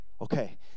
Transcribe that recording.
Okay